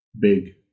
Big